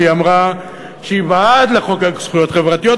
היא אמרה שהיא בעד לחוקק זכויות חברתיות,